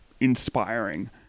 Inspiring